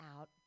out